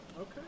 Okay